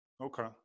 Okay